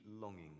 longing